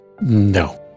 No